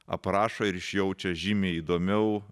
aprašo ir išjaučia žymiai įdomiau